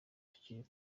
tukiri